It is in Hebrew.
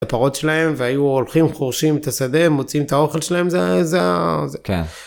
הפרות שלהם והיו הולכים חורשים את השדה מוצאים את האוכל שלהם זה זה.